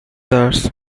درس